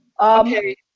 Okay